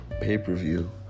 pay-per-view